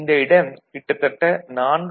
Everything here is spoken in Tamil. இந்த இடம் கிட்டத்தட்ட 4